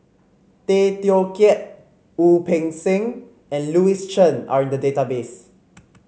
Tay Teow Kiat Wu Peng Seng and Louis Chen are in the database